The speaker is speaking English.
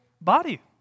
body